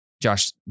Josh